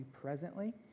presently